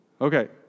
Okay